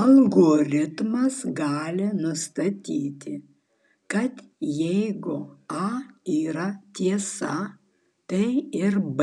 algoritmas gali nustatyti kad jeigu a yra tiesa tai ir b